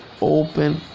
Open